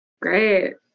Great